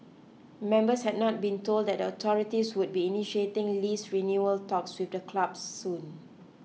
members had not been told that the authorities would be initiating lease renewal talks with the club soon